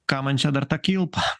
kam man čia dar ta kilpa